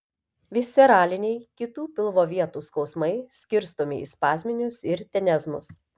visceraliniai kitų pilvo vietų skausmai skirstomi į spazminius ir tenezmus